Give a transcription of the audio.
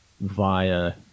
via